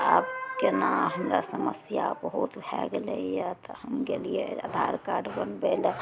आब केना हमरा समस्या बहुत भए गेलइए तऽ हम गेलियइ आधार कार्ड बनबय लए